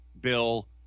bill